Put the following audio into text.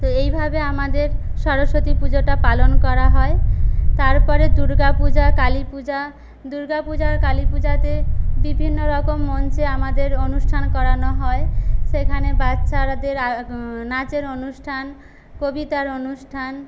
তো এইভাবে আমাদের সরস্বতী পুজোটা পালন করা হয় তারপরে দুর্গাপূজা কালীপূজা দুর্গাপূজা আর কালীপূজাতে বিভিন্নরকম মঞ্চে আমাদের অনুষ্ঠান করানো হয় সেখানে বাচ্চারাদের নাচের অনুষ্ঠান কবিতার অনুষ্ঠান